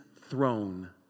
throne